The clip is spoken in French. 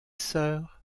sœur